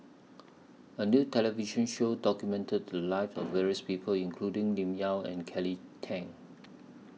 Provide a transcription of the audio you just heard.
A New television Show documented The Lives of various People including Lim Yau and Kelly Tang